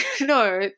no